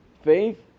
faith